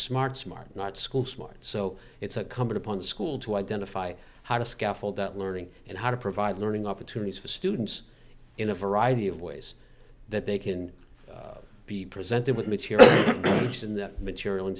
smart smart not school smart so it's a coming upon school to identify how to scaffold that learning and how to provide learning opportunities for students in a variety of ways that they can be presented with material in the material